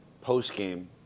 post-game